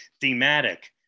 thematic